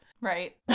right